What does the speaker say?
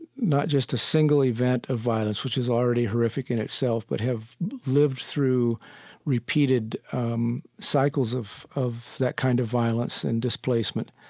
not just a single event of violence, which is already horrific in itself, but have lived through repeated um cycles of of that kind of violence and displacement.